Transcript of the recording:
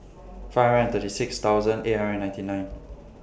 five hundred and thirty six thousand eight hundred and ninety nine